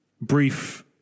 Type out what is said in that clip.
brief